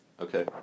Okay